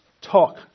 talk